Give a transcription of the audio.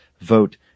vote